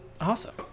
Awesome